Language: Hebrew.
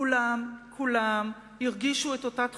כולם הרגישו את אותה תחושה,